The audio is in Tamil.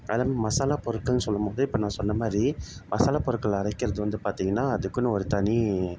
அதே மசாலா பொருட்கள்னு சொல்லும்போது இப்போ நான் சொன்ன மாதிரி மசாலா பொருட்கள் அரைக்கிறது வந்து பாத்திங்கன்னா அதுக்குன்னு ஒரு தனி